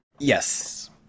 Yes